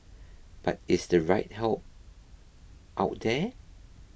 but is the right help out there